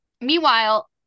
meanwhile